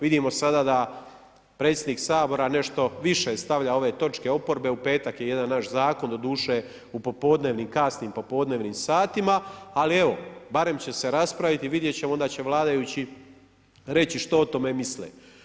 Vidimo sada da predsjednik Sabora nešto više stavlja točke oporbe, u petak je jedan naš zakon, doduše u popodnevnim, kasnim popodnevnim satima, ali evo, barem će se raspraviti i vidjeti će, onda će vladajući reći ono što misle.